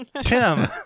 Tim